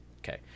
Okay